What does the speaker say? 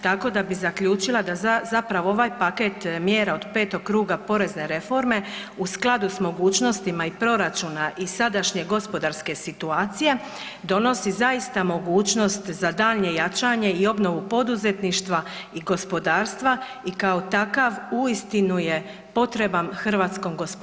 Tako da bi zaključila da zapravo ovaj paket mjera od 5. kruga porezne reforme u skladu s mogućnostima i proračuna i sadašnje gospodarske situacije donosi zaista mogućnost za daljnje jačanje i obnovu poduzetništva i gospodarstva i kao takav uistinu je potreban hrvatskom gospodarstvu.